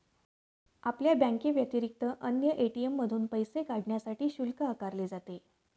आपल्या बँकेव्यतिरिक्त अन्य ए.टी.एम मधून पैसे काढण्यासाठी शुल्क आकारले जाते